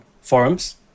forums